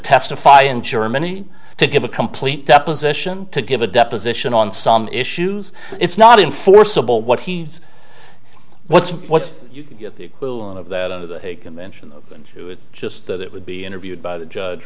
testify in germany to give a complete deposition to give a deposition on some issues it's not enforceable what he's what's what you get the equivalent of that of the hague convention and just that it would be interviewed by the judge